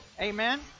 amen